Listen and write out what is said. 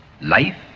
life